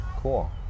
cool